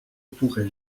pourrai